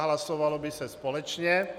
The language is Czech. Hlasovalo by se společně.